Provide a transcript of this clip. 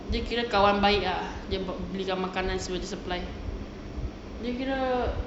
dia kira kawan baik ah dia belikan makanan semua supply dia kira